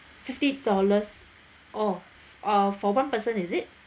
fifty dollars orh uh for one person is it